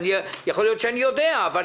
יכול להיות שאני יודע אבל